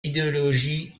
idéologie